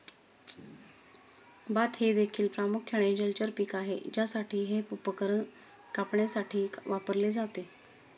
भात हे देखील प्रामुख्याने जलचर पीक आहे ज्यासाठी हे उपकरण कापण्यासाठी वापरले जाते